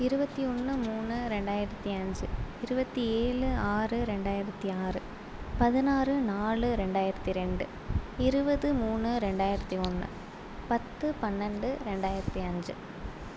இருபத்தி ஒன்று மூணு ரெண்டாயிரத்து அஞ்சு இருபத்தி ஏழு ஆறு ரெண்டாயிரத்து ஆறு பதினாறு நாலு ரெண்டாயிரத்து ரெண்டு இருபது மூணு ரெண்டாயிரத்து ஒன்று பத்து பன்னெண்டு ரெண்டாயிரத்து அஞ்சு